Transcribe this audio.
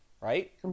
Right